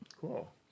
Cool